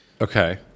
Okay